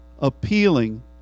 appealing